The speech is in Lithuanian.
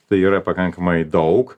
tai yra pakankamai daug